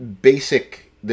basic